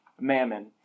Mammon